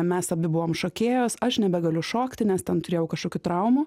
mes abi buvom šokėjos aš nebegaliu šokti nes ten turėjau kažkokių traumų